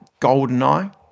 GoldenEye